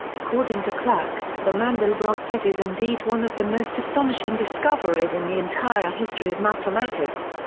according to clarke, the mandelbrot set is indeed one of the most astonishing discoveries in the entire history of mathematics.